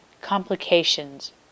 complications